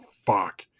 fuck